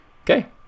Okay